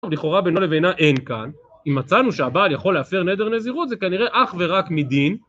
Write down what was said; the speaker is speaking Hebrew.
לכאורה בינו לבינה אין כאן, אם מצאנו שהבעל יכול להפר נדר נזירות, זה כנראה אך ורק מדין